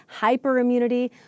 hyperimmunity